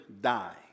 die